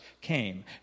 came